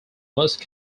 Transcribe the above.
most